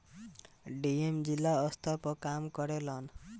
DM जिला स्तर पर काम करेलन